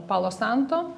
palo santo